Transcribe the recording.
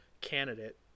candidate